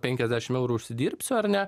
penkiasdešim eurų užsidirbsiu ar ne